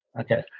Okay